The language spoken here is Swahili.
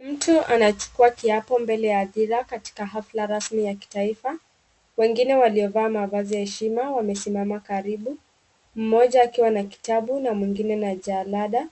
Mtu anachukua kiapo mbele ya hadhira katika hafla rasmi ya kitaifa. Wengine waliovaa mavazi ya heshima wamesimama karibu. Mmoja akiwa na kitabu na mwingine na jalada.